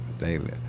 Daily